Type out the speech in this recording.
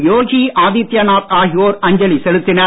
யோகி ஆதித்யநாத் ஆகியோர் அஞ்சலி செலுத்தினர்